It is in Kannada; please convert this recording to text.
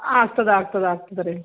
ಆಗ್ತದೆ ಆಗ್ತದೆ ಆಗ್ತದೆ ರೀ